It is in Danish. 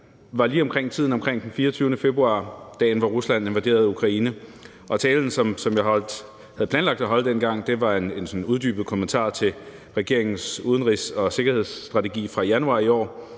i tiden lige omkring den 24. februar – dagen, hvor Rusland invaderede Ukraine – og talen, som jeg havde planlagt at holde dengang, var sådan en uddybet kommentar til regeringens udenrigs- og sikkerhedspolitiske strategi fra januar i år.